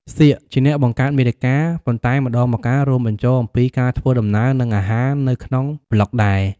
សៀក ជាអ្នកបង្កើតមាតិកា ប៉ុន្តែម្តងម្កាលរួមបញ្ចូលអំពីការធ្វើដំណើរ និងអាហារនៅក្នុងប្លុកដែរ។